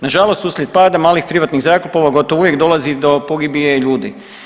Nažalost uslijed pada malih privatnih zrakoplova gotovo uvijek dolazi do pogibije ljudi.